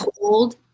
cold